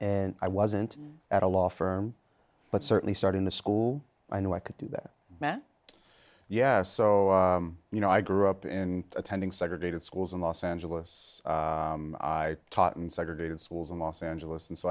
and i wasn't at a law firm but certainly starting the school i knew i could do that yes so you know i grew up in attending segregated schools in los angeles i taught in segregated schools in los angeles and so